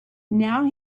now